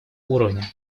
уровня